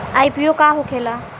IPO का होखेला?